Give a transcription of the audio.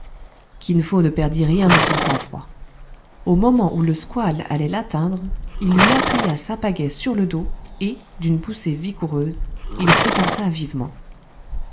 kin fo ne perdit rien de son sang-froid au moment où le squale allait l'atteindre il lui appuya sa pagaie sur le dos et d'une poussée vigoureuse il s'écarta vivement